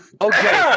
Okay